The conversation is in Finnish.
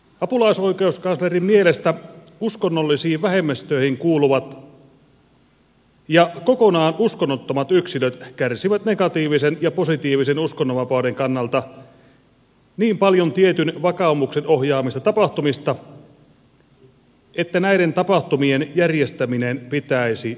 apulaisoikeuskanslerin mielestä uskonnollisiin vähemmistöihin kuuluvat ja kokonaan uskonnottomat yksilöt kärsivät negatiivisen ja positiivisen uskonnonvapauden kannalta niin paljon tietyn vakaumuksen ohjaamista tapahtumista että näiden tapahtumien järjestäminen pitäisi lopettaa